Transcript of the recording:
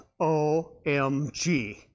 OMG